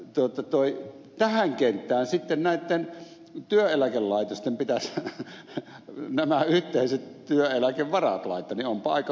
elikkä kun tähän kenttään sitten näitten työeläkelaitosten pitäisi nämä yhteiset työeläkevaratlaite on paikka